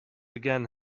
again